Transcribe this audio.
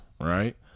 right